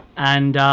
and